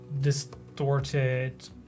distorted